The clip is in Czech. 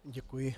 Děkuji.